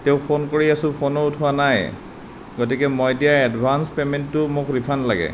তেওঁক ফোন কৰি আছো ফোনো উঠোৱা নাই গতিকে মই দিয়া এডভান্স পেমেণ্টটো মোক ৰিফাণ্ড লাগে